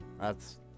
That's-